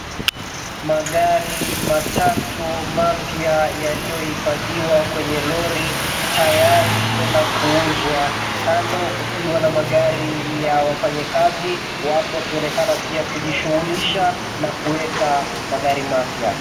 Magari matatu mapya yaliyohifadhiwa kwenye lori tayari kwenda kuuzwa. Kando kukiwa na magari ya wafanyakazi. Watu wakionekana pia kujishughulisha na kueka magari mapya.